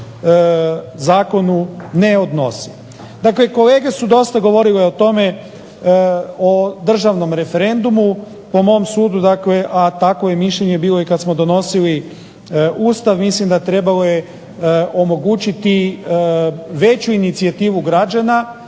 zakonu ne odnosi. Dakle kolege su dosta govorile o tome, o državnom referendumu, po mom sudu dakle, a takvo je mišljenje bilo i kad smo donosili Ustav, mislim da trebalo je omogućiti veću inicijativu građana